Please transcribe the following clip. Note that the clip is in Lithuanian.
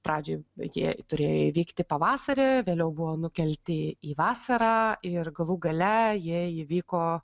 pradžioj bet jie turėjo įvykti pavasarį vėliau buvo nukelti į vasarą ir galų gale jie įvyko